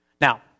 Now